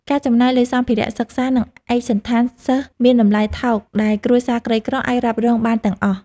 ការចំណាយលើសម្ភារៈសិក្សា និងឯកសណ្ឋានសិស្សមានតម្លៃថោកដែលគ្រួសារក្រីក្រអាចរ៉ាប់រងបានទាំងអស់។